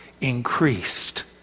increased